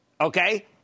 okay